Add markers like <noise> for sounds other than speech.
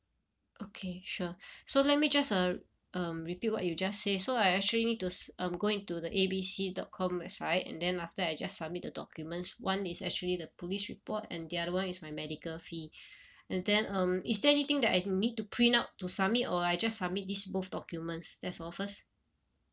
okay sure so let me just uh um repeat what you just say so I actually need to s~ um go into the A B C dot com website and then after I just submit the documents one is actually the police report and the other [one] is my medical fee <breath> and then um is there anything that I need to print out to submit or I just submit this both documents that's all first